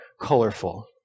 colorful